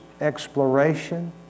exploration